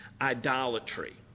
idolatry